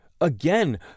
again